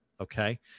Okay